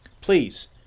Please